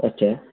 अच्छा